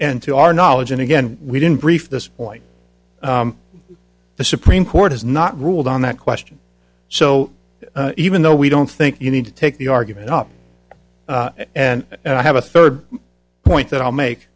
and to our knowledge and again we didn't brief this point the supreme court has not ruled on that question so even though we don't think you need to take the argument up and i have a third point that i'll make